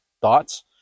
thoughts